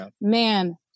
man